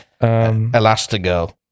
Elastigirl